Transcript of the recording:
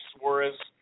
Suarez